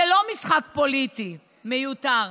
זה לא משחק פוליטי מיותר.